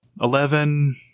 Eleven